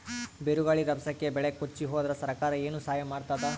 ಬಿರುಗಾಳಿ ರಭಸಕ್ಕೆ ಬೆಳೆ ಕೊಚ್ಚಿಹೋದರ ಸರಕಾರ ಏನು ಸಹಾಯ ಮಾಡತ್ತದ?